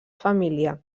família